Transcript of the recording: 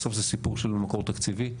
בסוף זה סיפור של מקור תקציבי.